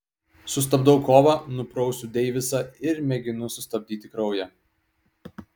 sustabdau kovą nuprausiu deivisą ir mėginu sustabdyti kraują